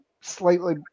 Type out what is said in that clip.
slightly